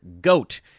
goat